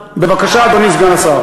בבקשה, אדוני סגן השר.